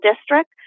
district